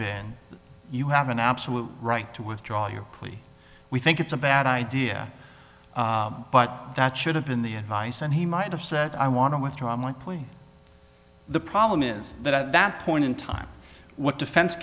been you have an absolute right to withdraw your plea we think it's a bad idea but that should have been the advice and he might have said i want to withdraw my plea the problem is that at that point in time what defense